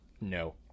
no